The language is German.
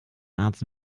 arzt